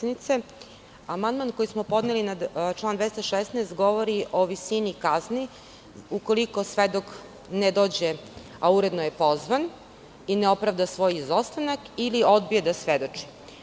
Amandman koji smo podneli na član 216. govori o visini kazni ukoliko svedok ne dođe a uredno je pozvan i ne opravda svoj izostanak ili odbije da svedoči.